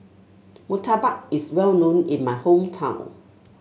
murtabak is well known in my hometown